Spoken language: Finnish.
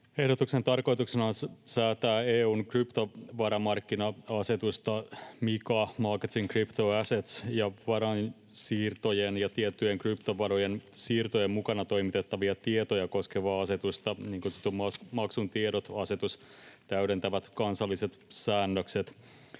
Ehdotuksen tarkoituksena on säätää EU:n kryptovaramarkkina-asetusta — MiCA, markets in crypto-assets — ja varainsiirtojen ja tiettyjen kryptovarojen siirtojen mukana toimitettavia tietoja koskevaa asetusta eli niin kutsuttua maksun tiedot ‑asetusta täydentävät kansalliset säännökset.